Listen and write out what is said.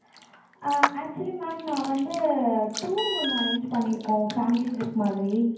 ஆ actually ma'am நான் வந்து tour ஒன்று அரேஞ்ச் பண்ணியிருக்கோம் ஃபேமிலி ட்ரிப் மாதிரி